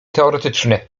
teoretyczne